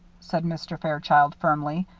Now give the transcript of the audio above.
said mr. fairchild, firmly.